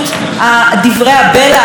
שאומרים לנו כאן לא להתייחס אליהם.